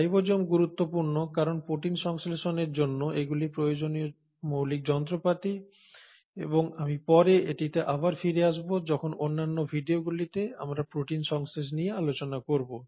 এই রাইবোসোম গুরুত্বপূর্ণ কারণ প্রোটিন সংশ্লেষণের জন্য এগুলি প্রয়োজনীয় মৌলিক যন্ত্রপাতি এবং আমি পরে এটিতে আবার ফিরে আসব যখন অন্যান্য ভিডিওগুলিতে আমরা প্রোটিন সংশ্লেষ নিয়ে আলোচনা করব